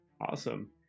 Awesome